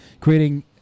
creating